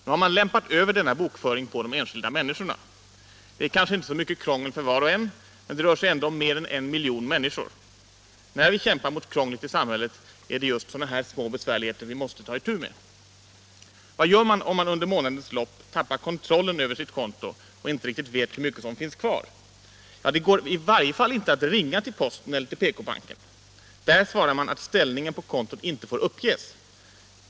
Nu har man lämpat över denna bokföring på de enskilda människorna. Det är kanske inte så mycket krångel för var och en, men det rör sig ändå om mer än en miljon människor. När vi kämpar mot krånglet i samhället är det just sådana här små besvärligheter vi måste ta itu med. Vad gör man om man under månadens lopp tappar kontrollen över sitt konto och inte riktigt vet hur mycket pengar som finns kvar? Det går i varje fall inte att ringa till posten eller PK-banken. Där svarar man att ställningen på kontot inte får uppges.